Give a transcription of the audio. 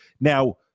Now